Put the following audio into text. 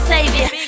Savior